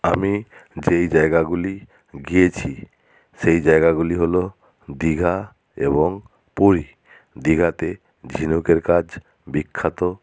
আমি যেই জায়গাগুলি গিয়েছি সেই জায়গাগুলি হলো দিঘা এবং পুরী দিঘাতে ঝিনুকের কাজ বিখ্যাত